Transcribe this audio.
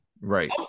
Right